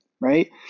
right